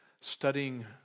studying